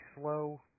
slow